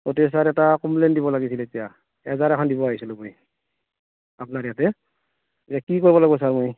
গতিকে ছাৰ এটা কমপ্লেইন দিব লাগিছিল এতিয়া এজাহাৰ এখন দিব আহিছিলোঁ মই আপোনাৰ ইয়াতে এ কি কৰিব লাগিব ছাৰ মই